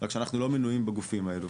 רק שאנחנו לא מנויים בגופים הללו,